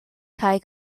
kaj